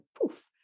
poof